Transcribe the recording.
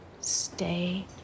Stay